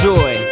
Joy